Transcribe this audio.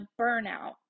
burnout